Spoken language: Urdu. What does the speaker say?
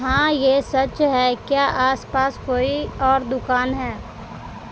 ہاں یہ سچ ہے کیا آس پاس کوئی اور دوکان ہے